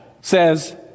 says